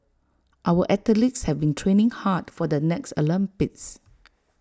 our athletes have been training hard for the next Olympics